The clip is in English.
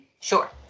Sure